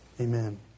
Amen